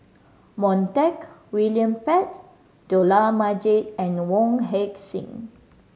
Montague William Pett Dollah Majid and Wong Heck Sing